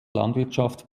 landwirtschaft